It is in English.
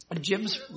Jim's